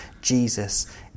Jesus